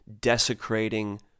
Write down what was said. desecrating